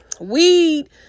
weed